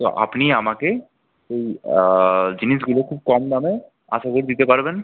তো আপনি আমাকে এই জিনিসগুলো খুব কম দামে আশা করি দিতে পারবেন